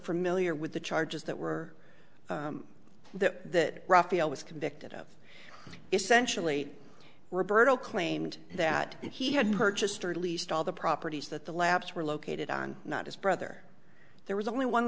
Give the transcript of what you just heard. familiar with the charges that were that raphael was convicted of essentially roberta claimed that he had purchased or at least all the properties that the labs were located on not his brother there was only one